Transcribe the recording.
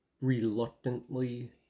reluctantly